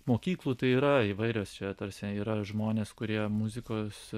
mokyklų tai yra įvairios čia ta prasme yra žmonės kurie muzikos